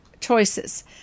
choices